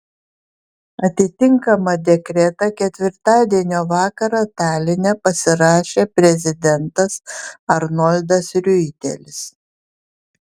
atitinkamą dekretą ketvirtadienio vakarą taline pasirašė prezidentas arnoldas riuitelis